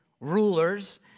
rulers